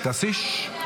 מירב, תעשי שקט.